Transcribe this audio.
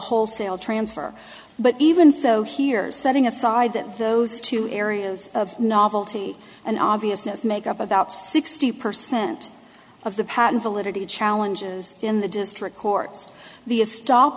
wholesale transfer but even so here setting aside that those two areas of novelty and obviousness make up about sixty percent of the patent validity challenges in the district courts the a stop